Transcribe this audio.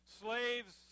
Slaves